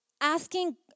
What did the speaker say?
asking